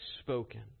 spoken